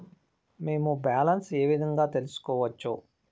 మేము బ్యాలెన్స్ ఏ విధంగా తెలుసుకోవచ్చు?